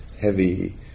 heavy